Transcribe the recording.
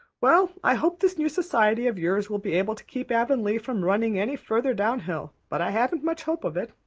well, i hope this new society of yours will be able to keep avonlea from running any further down hill but i haven't much hope of it.